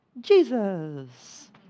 Jesus